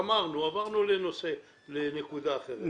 גמרנו, עברנו לנקודה אחרת.